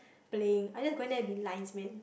playing I'm just going there to be lines man